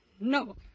No